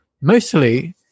mostly